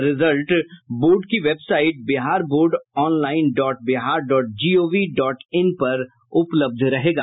result board की website Bihar board online dot Bihar dot G O V dot in पर उपलब्ध रहेगा